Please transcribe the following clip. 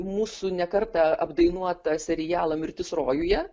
mūsų ne kartą apdainuotą serialą mirtis rojuje